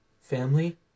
family